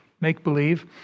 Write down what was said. make-believe